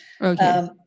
Okay